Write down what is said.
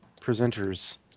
presenters